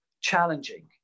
challenging